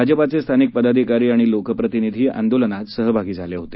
भाजपाचे स्थानिक पदाधिकारी आणि लोकप्रतिनिधी आंदोलनात सहभागी झाले होते